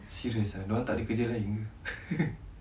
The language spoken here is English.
serious ah